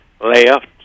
left